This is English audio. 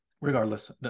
Regardless